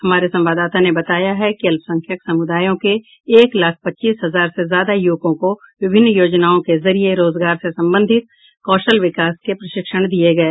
हमारे संवाददाता ने बताया है कि अल्पसंख्यक समुदायों के एक लाख पच्चीस हजार से ज्यादा युवकों को विभिन्न योजनाओं के जरिए रोजगार से संबंधित कौशल विकास के प्रशिक्षण दिए गए